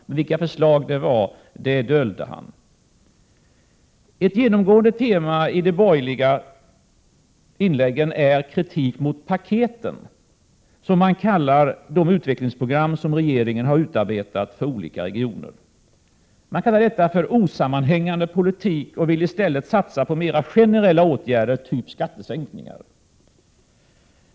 Men vilka dessa förslag var dolde han. Ett genomgående tema i de borgerliga inläggen är kritik mot paketen, som de borgerliga kallar de utvecklingsprogram som regeringen har utarbetat för olika regioner. De borgerliga partierna kallar detta för osammanhängande politik och vill i stället satsa på mera generella åtgärder, t.ex. skattesänkningar.